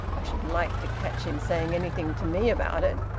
i should like to catch him saying anything to me about it!